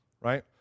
right